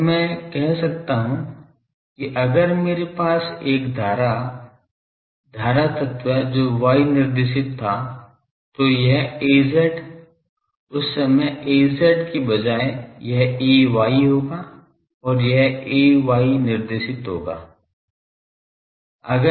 तो अब मैं कह सकता हूं कि अगर मेरे पास एक धारा धारा तत्व जो y निर्देशित था तो यह Az उस समय Az के बजाय यह Ay होगा और यह Ay निर्देशित होगा